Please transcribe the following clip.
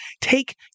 take